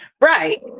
Right